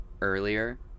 earlier